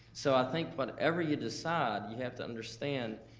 so i think, whatever you decide, you have to understand,